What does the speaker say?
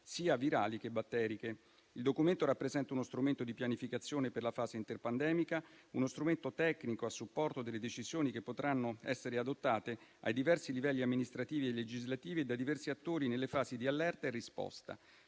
sia virali che batteriche. Il documento rappresenta uno strumento di pianificazione per la fase interpandemica; uno strumento tecnico a supporto delle decisioni che potranno essere adottate ai diversi livelli amministrativi e legislativi e da diversi attori nelle fasi di allerta e risposta.